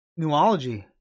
Newology